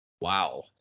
Wow